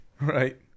Right